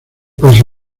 pasa